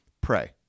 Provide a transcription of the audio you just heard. pray